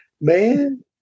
Man